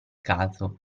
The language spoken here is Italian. caso